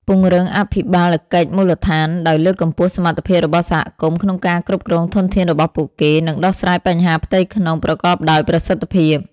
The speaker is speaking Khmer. ពង្រឹងអភិបាលកិច្ចមូលដ្ឋាន ដោយលើកកម្ពស់សមត្ថភាពរបស់សហគមន៍ក្នុងការគ្រប់គ្រងធនធានរបស់ពួកគេ និងដោះស្រាយបញ្ហាផ្ទៃក្នុងប្រកបដោយប្រសិទ្ធភាព។